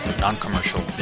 Non-Commercial